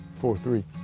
four three.